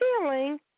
feeling